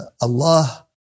Allah